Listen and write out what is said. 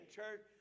church